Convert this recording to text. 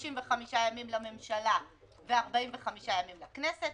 55 ימים לממשלה ו-45 לכנסת.